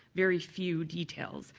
very few details.